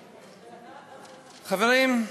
חברים,